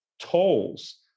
tolls